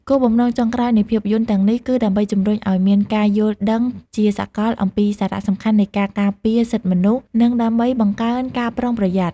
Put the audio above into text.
គោលបំណងចុងក្រោយនៃភាពយន្តទាំងនេះ គឺដើម្បីជំរុញឲ្យមានការយល់ដឹងជាសាកលអំពីសារៈសំខាន់នៃការការពារសិទ្ធិមនុស្ស និងដើម្បីបង្កើនការប្រុងប្រយ័ត្ន។